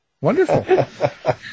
Wonderful